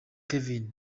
kevin